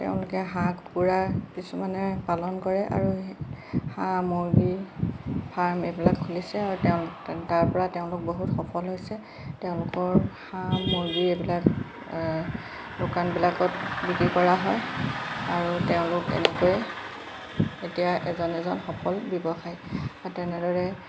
তেওঁলোকে হাঁহ কুকুৰা কিছুমানে পালন কৰে আৰু হাঁহ মুৰ্গী ফাৰ্ম এইবিলাক খুলিছে আৰু তেওঁ তাৰপৰা তেওঁলোক বহুত সফল হৈছে তেওঁলোকৰ হাঁহ মুৰ্গী এইবিলাক দোকানবিলাকত বিক্ৰী কৰা হয় আৰু তেওঁলোক এনেকৈ এতিয়া এজন এজন সফল ব্যৱসায়ী আৰু তেনেদৰে